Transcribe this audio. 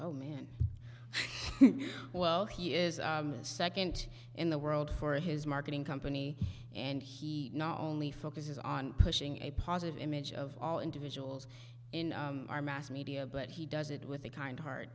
oh man well he is second in the world for his marketing company and he not only focuses on pushing a positive image of all individuals in our mass media but he does it with a kind heart